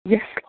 Yes